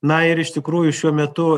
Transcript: na ir iš tikrųjų šiuo metu